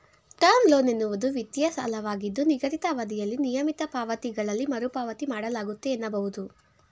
term loan ಎನ್ನುವುದು ವಿತ್ತೀಯ ಸಾಲವಾಗಿದ್ದು ನಿಗದಿತ ಅವಧಿಯಲ್ಲಿ ನಿಯಮಿತ ಪಾವತಿಗಳಲ್ಲಿ ಮರುಪಾವತಿ ಮಾಡಲಾಗುತ್ತೆ ಎನ್ನಬಹುದು